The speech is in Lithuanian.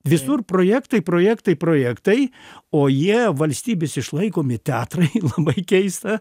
visur projektai projektai projektai o jie valstybės išlaikomi teatrai labai keista